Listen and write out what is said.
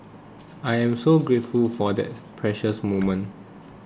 I am so grateful for that precious moment